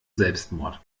selbstmord